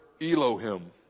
Elohim